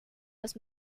los